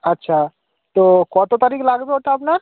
আচ্ছা তো কত তারিখ লাগবে ওটা আপনার